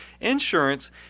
insurance